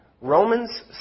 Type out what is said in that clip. Romans